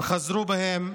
הם חזרו בהם.